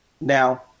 Now